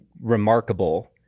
remarkable